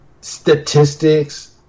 statistics –